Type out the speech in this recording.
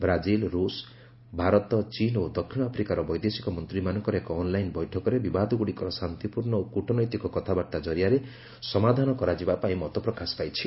Brazil ରୁଷ୍ ଭାରତ ଚୀନ୍ ଓ ଦକ୍ଷିଣ ଆଫ୍ରିକାର ବୈଦେଶିକ ମନ୍ତ୍ରୀମାନଙ୍କର ଏକ ଅନ୍ଲାଇନ୍ ବୈଠକରେ ବିବାଦଗୁଡ଼ିକର ଶାନ୍ତିପୂର୍ଣ୍ଣ ଓ କୁଟନୈତିକ କଥାବାର୍ତ୍ତା ଜରିଆରେ ସମାଧାନ କରାଯିବା ପାଇଁ ମତ ପ୍ରକାଶ ପାଇଛି